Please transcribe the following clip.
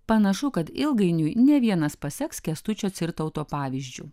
panašu kad ilgainiui ne vienas paseks kęstučio cirtauto pavyzdžiu